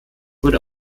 wurde